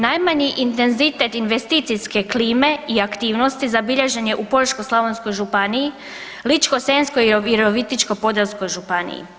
Najmanji intenzitet investicijske klime i aktivnosti zabilježen je u Požeško-slavonskoj županiji, Ličko-senjskoj i Virovitičko-podravskoj županiji.